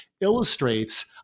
illustrates